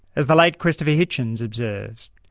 as the late christopher hitchens observed,